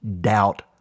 doubt